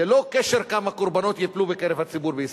ללא קשר כמה קורבנות ייפלו בקרב הציבור בישראל.